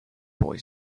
boy